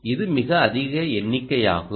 இது மிக அதிக எண்ணிக்கையாகும்